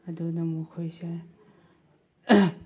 ꯑꯗꯨꯅ ꯃꯈꯣꯏꯁꯦ